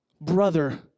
brother